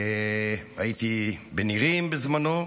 הייתי בנירים בזמנו,